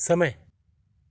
समय